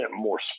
more